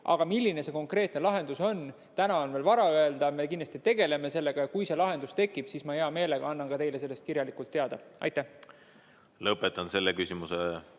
Aga milline konkreetselt see lahendus on, seda on veel vara öelda. Me kindlasti tegeleme sellega ja kui see lahendus tekib, siis ma hea meelega annan ka teile sellest kirjalikult teada. Aitäh! Ma ei oska